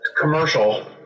commercial